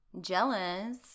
Jealous